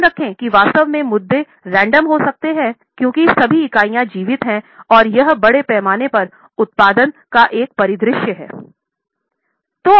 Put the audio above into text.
ध्यान रखें कि वास्तव में मुद्दे रैंडम हो सकते हैं क्योंकि सभी इकाइयां जीवित हैं और यह बड़े पैमाने पर उत्पादन का एक परिदृश्य है